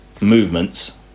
movements